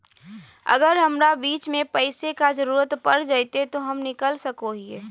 अगर हमरा बीच में पैसे का जरूरत पड़ जयते तो हम निकल सको हीये